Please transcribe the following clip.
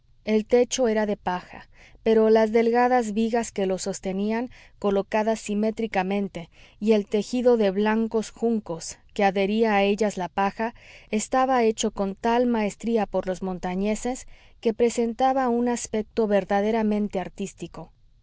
el techo era de paja pero las delgadas vigas que lo sostenían colocadas simétricamente y el tejido de blancos juncos que adhería a ellas la paja estaba hecho con tal maestría por los montañeses que presentaba un aspecto verdaderamente artístico